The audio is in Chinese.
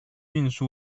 运输